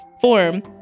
form